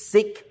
Sick